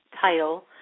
title